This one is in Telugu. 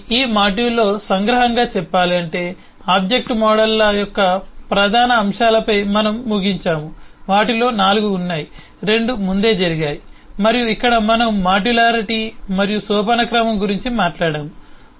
కాబట్టి ఈ మాడ్యూల్లో సంగ్రహంగా చెప్పాలంటే ఆబ్జెక్ట్ మోడళ్ల యొక్క ప్రధాన అంశాలపై మనము ముగించాము వాటిలో 4 ఉన్నాయి 2 ముందే జరిగాయి మరియు ఇక్కడ మనము మాడ్యులారిటీ మరియు సోపానక్రమం గురించి మాట్లాడాము